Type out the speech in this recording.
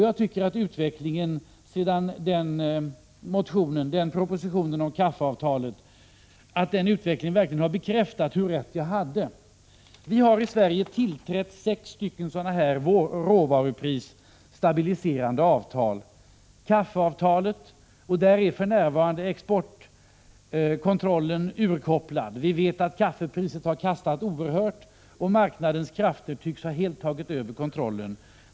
Jag tycker att utvecklingen sedan propositionen om kaffeavtalet verkligen har bekräftat hur rätt jag hade. Vi har i Sverige tillträtt sex stycken råvaruprisstabiliserande avtal. Beträffande kaffeavtalet är för närvarande exportkontrollen urkopplad. Vi vet att kaffepriset har kastat oerhört, och marknadskrafterna tycks helt ha tagit över kontrollen.